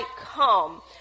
come